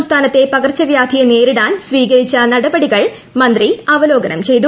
സംസ്ഥാനത്തെ പകർച്ചവ്യാധിയെ നേരിടാൻ സ്ട്രീക്തിച്ചു നടപടികൾ മന്ത്രി അവലോകനം ചെയ്തു